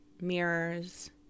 Mirrors